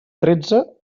tretze